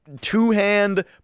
Two-hand